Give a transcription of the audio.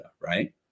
Right